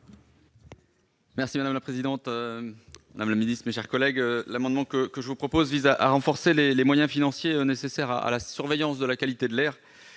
Merci madame la présidente, Madame le Ministre, mes chers collègues, l'amendement que que je vous propose VISA à renforcer les les moyens financiers nécessaires à la surveillance de la qualité de l'air